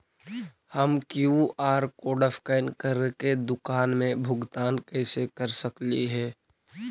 हम QR code scan करके दुकान में भुगतान कैसे कर सकली हे?